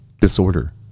disorder